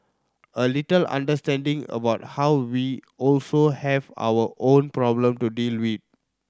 a little understanding about how we also have our own problem to deal with